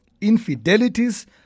infidelities